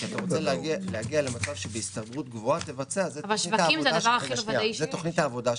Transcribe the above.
כי אתה רוצה להגיע למצב שבהסתברות גבוהה תבצע זו תוכנית העבודה שלך.